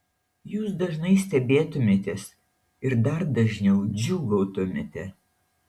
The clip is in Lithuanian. jūs dažnai stebėtumėtės ir dar dažniau džiūgautumėte